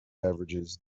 beverages